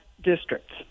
districts